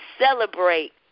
celebrate